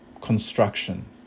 construction